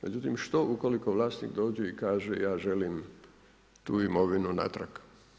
Međutim što ukoliko vlasnik i kaže ja želim tu imovinu natrag?